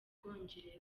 bwongereza